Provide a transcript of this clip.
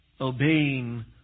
obeying